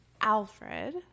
Alfred